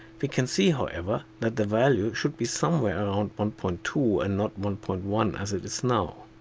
we can see however that the value should be somewhat around one point two and not one point one as it is now.